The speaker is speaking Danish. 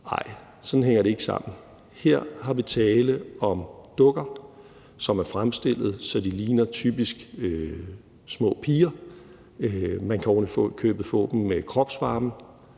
Nej, sådan hænger det ikke sammen. Her er der tale om dukker, som er fremstillet, så de typisk ligner små piger. Man kan ovenikøbet få dem med kropsvarme,